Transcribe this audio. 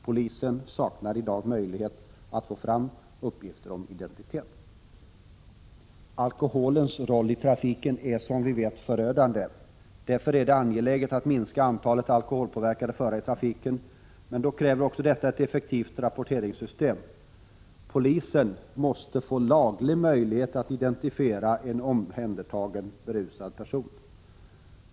Polisen saknar i dag möjlighet att framtvinga uppgifter om identitet. Alkoholens roll i trafiken är som vi vet förödande. Därför är det angeläget att minska antalet alkoholpåverkade förare i trafiken. Men då kräver också detta ett effektivt rapporteringssystem. Polisen måste få laglig möjlighet att identifiera en omhändertagen berusad person.